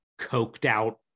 coked-out